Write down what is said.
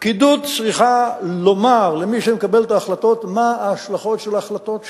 פקידות צריכה לומר למי שמקבל את ההחלטות מה ההשלכות של ההחלטות שלו.